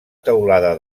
teulada